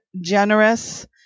generous